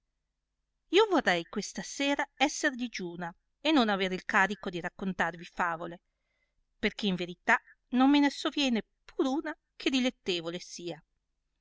io vorrei questa sera esser digiuna e non aver il carico di raccontarvi favole perchè in verità non me ne soviene pur una che dilettevole sia